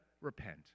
repent